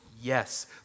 yes